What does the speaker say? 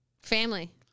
Family